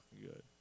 good